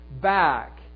back